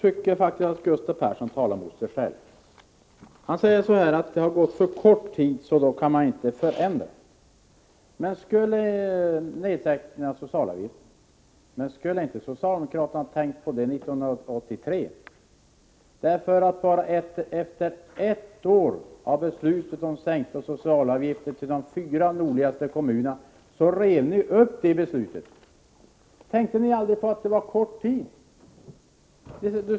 Herr talman! Gustav Persson talar mot sig själv. Han säger att det har gått så kort tid att vi inte kan förändra systemet med nedsättning av socialavgifterna. Men borde inte socialdemokraterna ha tänkt på det 1983? Bara ett år efter beslutet om sänkta sociala avgifter i de fyra nordligaste kommunerna rev ni upp detta beslut. Tänkte ni aldrig då på att det hade gått så kort tid?